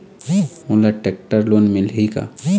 मोला tractor loan मिलही का?